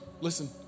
Listen